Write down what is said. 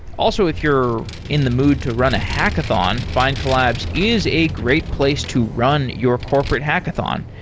also, if you're in the mood to run a hackathon, findcollabs is a great place to run your corporate hackathon.